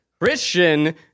Christian